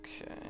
Okay